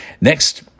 Next